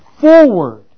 forward